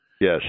Yes